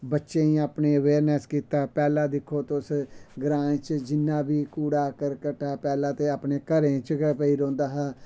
बच्चें ई अपने अवेयरनैस कीता पैह्लैं दिक्खो तुस ग्राएं च जिन्ना बी कूड़ा करकट ऐ पैह्लें ते अपने घरें च पेई रौंह्दा हा